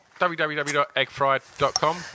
www.eggfried.com